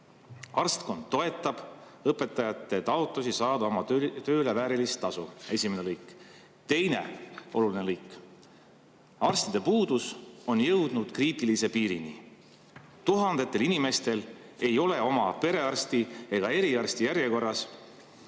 Arstkond toetab õpetajate taotlusi saada oma tööle väärilist tasu." Esimene lõik. Teine oluline lõik: "Arstide puudus on jõudnud kriitilise piirini. Tuhandetel inimestel ei ole oma perearsti ja eriarsti järjekorras